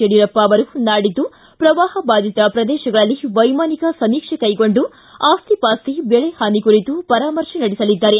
ಯಡಿಯೂರಪ್ಪ ಅವರು ನಾಡಿದ್ದು ಪ್ರವಾಹಬಾಧಿತ ಪ್ರದೇಶಗಳಲ್ಲಿ ವೈಮಾನಿಕ ಸಮೀಕ್ಷೆ ಕೈಗೊಂಡು ಆಸ್ತಿ ಪಾಸ್ತಿ ದೆಳೆಹಾನಿ ಕುರಿತು ಪರಾಮರ್ಶೆ ನಡೆಸಲಿದ್ದಾರೆ